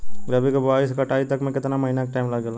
रबी के बोआइ से कटाई तक मे केतना महिना के टाइम लागेला?